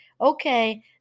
Okay